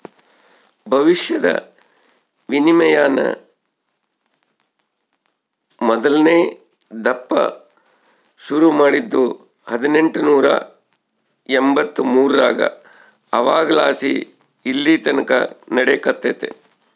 ಭವಿಷ್ಯದ ವಿನಿಮಯಾನ ಮೊದಲ್ನೇ ದಪ್ಪ ಶುರು ಮಾಡಿದ್ದು ಹದಿನೆಂಟುನೂರ ಎಂಬಂತ್ತು ಮೂರರಾಗ ಅವಾಗಲಾಸಿ ಇಲ್ಲೆತಕನ ನಡೆಕತ್ತೆತೆ